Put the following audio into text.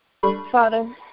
Father